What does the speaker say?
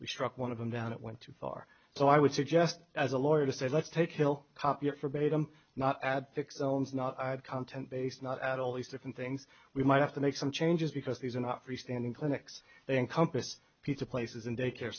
we struck one of them down it went too far so i would suggest as a lawyer to say let's take hill forbade them not add ons not add content based not add all these different things we might have to make some changes because these are not free standing clinics they encompass pizza places in daycare